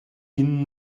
ihnen